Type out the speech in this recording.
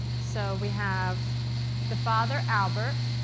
so we have the father albert,